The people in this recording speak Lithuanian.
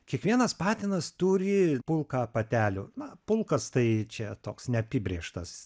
kiekvienas patinas turi pulką patelių na pulkas tai čia toks neapibrėžtas